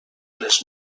les